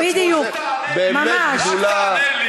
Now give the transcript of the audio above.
זו באמת גדולה.